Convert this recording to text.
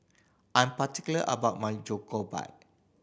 I'm particular about my Jokbal